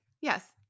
yes